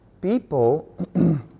people